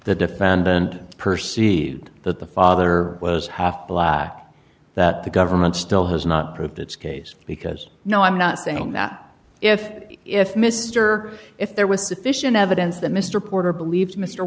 the defendant perceived that the father was half black that the government still has not proved its case because no i'm not saying that if if mr if there was sufficient evidence that mr porter believed mr